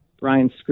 Brian